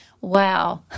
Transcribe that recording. Wow